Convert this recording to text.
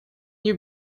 you